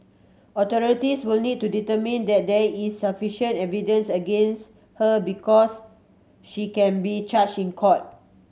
authorities will need to determine that there is sufficient evidence against her because she can be charged in court